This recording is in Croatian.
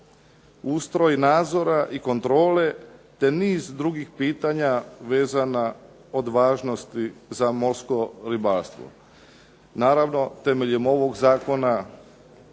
ustroj nadzora i kontrole te niz drugih pitanja vezana od važnosti za morsko ribarstvo. Naravno, temeljem ovog zakona